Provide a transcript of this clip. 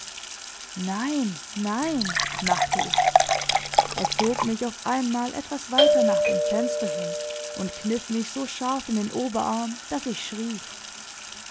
nein nein machte ich er zog mich auf einmal etwas weiter nach dem fenster hin und kniff mich so scharf in den oberarm daß ich schrie